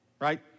Right